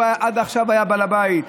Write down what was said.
כשעד עכשיו הוא היה בעל הבית.